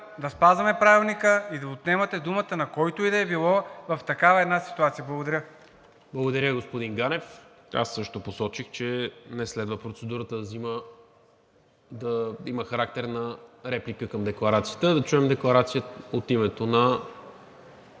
да спазваме Правилника и да отнемате думата на когото и да е било в такава една ситуация. Благодаря. ПРЕДСЕДАТЕЛ НИКОЛА МИНЧЕВ: Благодаря, господин Ганев. Аз също посочих, че не следва процедурата да има характер на реплика към декларацията. Да чуем декларация от името на